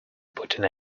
putting